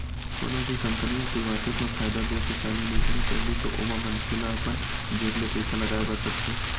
कोनो भी कंपनी ह सुरुवातेच म फायदा देय के चालू नइ करय पहिली तो ओमा मनखे ल अपन जेब ले पइसा लगाय बर परथे